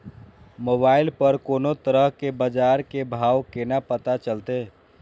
Mobile पर कोनो तरह के बाजार के भाव केना पता चलते?